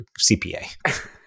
CPA